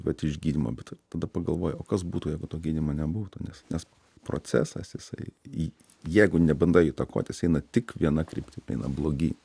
vat iš gydymo bet tada pagalvoji o kas būtų jeigu to gydymo nebūtų nes nes procesas jisai į jeigu nebandai įtakot is eina tik viena kryptim eina blogyn